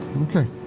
Okay